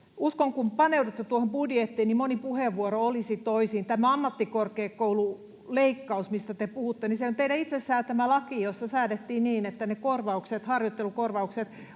Uskon, että kun paneudutte tuohon budjettiin, niin moni puheenvuoro olisi toisin. Tämä ammattikorkeakoululeikkaus, mistä te puhutte, on teidän itse säätämänne laki, jossa säädettiin niin, että ne korvaukset,